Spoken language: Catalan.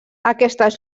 aquestes